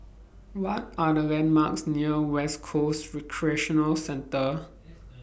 What Are The landmarks near West Coast Recreational Centre